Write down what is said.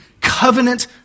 covenant